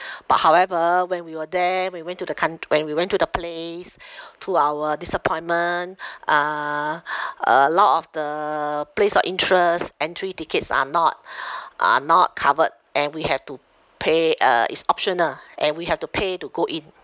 but however when we were there we went to the coun~ when we went to the place to our disappointment uh a lot of the place of interest entry tickets are not are not covered and we have to pay uh it's optional and we have to pay to go in